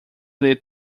ler